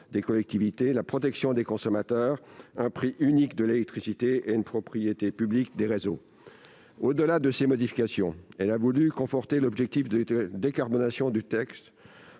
des collectivités, protection des consommateurs, prix unique de l'électricité et propriété publique des réseaux. Au-delà de ces modifications, elle a voulu conforter l'objectif de décarbonation du texte